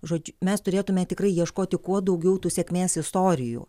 žodžiu mes turėtume tikrai ieškoti kuo daugiau tų sėkmės istorijų